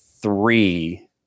three